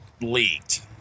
leaked